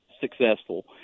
successful